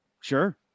Sure